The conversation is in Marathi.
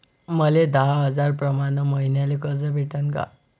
मले दहा हजार प्रमाण मईन्याले कर्ज भेटन का?